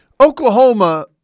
Oklahoma